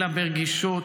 אלא ברגישות,